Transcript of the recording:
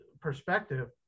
perspective